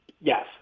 Yes